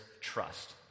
trust